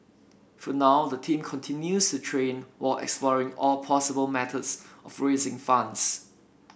for now the team continues to train while exploring all possible methods of raising funds